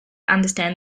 understand